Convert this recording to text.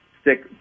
stick